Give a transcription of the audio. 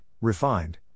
refined